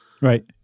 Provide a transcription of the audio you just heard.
Right